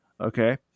okay